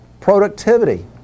productivity